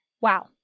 wow